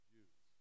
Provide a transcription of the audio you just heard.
Jews